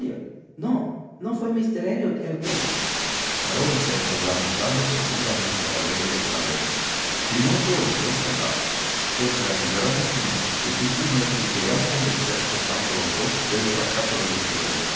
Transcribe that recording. elliot no fué míster elliot el que paró en seco lamentando profundamente el haber ido tan lejos y no fué ocioso el lapsus pues la señora de smith difícilmente llegara a convencerse tan pronto del fracaso de